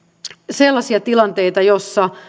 sellaisia tilanteita joissa